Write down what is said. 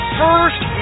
first